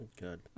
Good